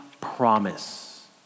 promise